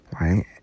right